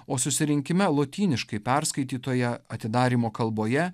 o susirinkime lotyniškai perskaitytoje atidarymo kalboje